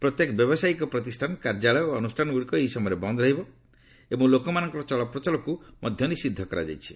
ପ୍ରତ୍ୟେକ ବ୍ୟାବସାୟିକ ପ୍ରତିଷ୍ଠାନ କାର୍ଯ୍ୟାଳୟ ଓ ଅନୁଷ୍ଠାନଗୁଡ଼ିକ ଏହି ସମୟରେ ବନ୍ଦ୍ ରହିବ ଏବଂ ଲୋକମାନଙ୍କର ଚଳପ୍ରଚଳକୁ ମଧ୍ୟ ନିଷିଦ୍ଧ କରାଯାଇଛି